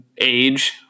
age